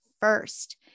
first